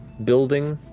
building,